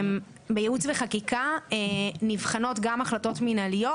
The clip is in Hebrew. בייעוץ וחקיקה נבחנות גם החלטות מינהליות,